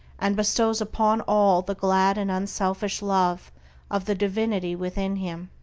and bestows upon all the glad and unselfish love of the divinity within him.